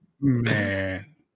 Man